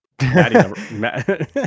Maddie